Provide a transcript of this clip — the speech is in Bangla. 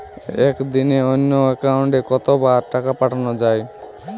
একদিনে অন্য একাউন্টে কত বার টাকা পাঠানো য়ায়?